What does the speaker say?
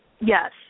Yes